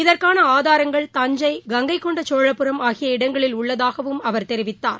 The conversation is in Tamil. இதற்கானஆதாரங்கள் தஞ்சை கங்கைகொண்டசோழபுரம் ஆகிய இடங்களில் உள்ளதாகஅவர் தெரிவித்தார்